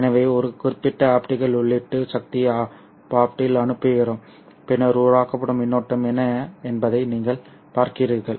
எனவே ஒரு குறிப்பிட்ட ஆப்டிகல் உள்ளீட்டு சக்தி பாப்டில் அனுப்புகிறோம் பின்னர் உருவாக்கப்படும் மின்னோட்டம் என்ன என்பதை நீங்கள் பார்க்கிறீர்கள்